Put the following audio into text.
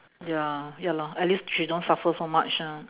ya ya lor at least she don't suffer so much ah